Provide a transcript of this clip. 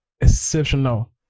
exceptional